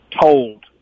told